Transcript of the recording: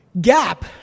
gap